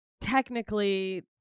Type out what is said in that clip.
technically